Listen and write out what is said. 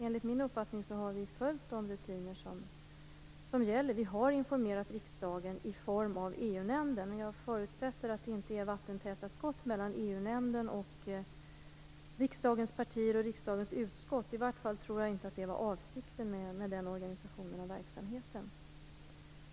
Enligt min uppfattning har regeringen följt de rutiner som gäller och informerat riksdagen i form av EU-nämnden. Jag förutsätter att det inte är vattentäta skott mellan EU nämnden och riksdagens partier och utskott. I varje fall tror jag inte att det var avsikten med denna organisation av verksamheten.